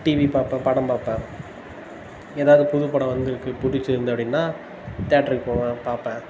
TV பார்ப்பேன் படம் பார்ப்பேன் ஏதாவது புதுப்படம் வந்திருக்கு பிடிச்சிருந்தது அப்படின்னா தேட்டருக்கு போவேன் பார்ப்பேன்